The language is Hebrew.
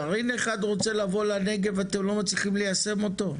גרעין אחד רוצה לבוא לנגב ואתם לא מצליחים ליישם אותו?